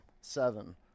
seven